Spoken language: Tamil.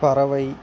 பறவை